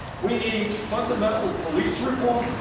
we need fundamental police reform,